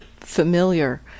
familiar